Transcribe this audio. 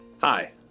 Hi